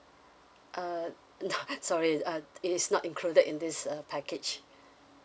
uh no sorry uh it is not included in this uh package